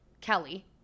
Kelly